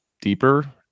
deeper